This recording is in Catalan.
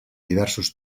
diversos